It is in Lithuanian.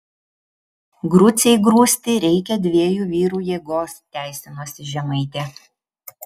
grucei grūsti reikia dviejų vyrų jėgos teisinosi žemaitė